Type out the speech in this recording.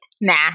Nah